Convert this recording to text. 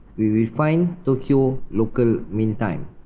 we will find tokyo local mean time.